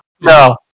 no